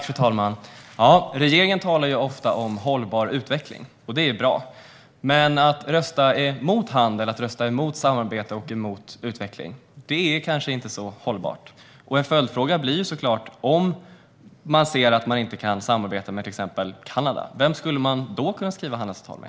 Fru talman! Regeringen talar ju ofta om hållbar utveckling, och det är bra. Men att rösta emot handel, emot samarbete och emot utveckling är kanske inte så hållbart. En följdfråga blir såklart: Om man ser att man inte kan samarbete med till exempel Kanada, vem skulle man då kunna ingå handelsavtal med?